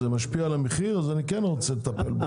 משפיע על המחיר אני כן רוצה לטפל בזה.